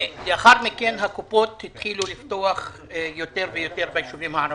לאחר מכן הקופות החלו לפתוח יותר ויותר בישובים הערבים.